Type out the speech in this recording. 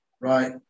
right